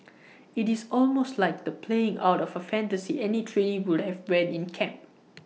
IT is almost like the playing out of A fantasy any trainee would have when in camp